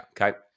Okay